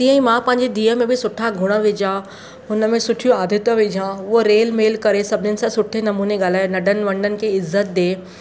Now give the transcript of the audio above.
तीअं मां पंहिंजी धीउ में बि सुठा गुण विजा हुन में सुठियूं आदतूं विझा हूअ रिल मिल करे सभिनीनि सां सुठे नमूने ॻाल्हाए नंढनि वॾनि खे इज़त ॾे